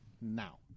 now